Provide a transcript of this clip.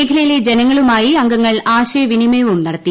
മേഖലയിലെ ജനങ്ങളുമായി അംഗങ്ങൾ ആശയവിനിമയവും നടത്തി